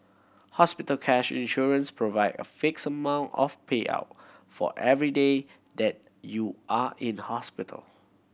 hospital cash insurance provide a fixed amount of payout for every day that you are in hospital